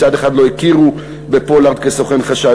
מצד אחד לא הכירו בפולארד כסוכן חשאי,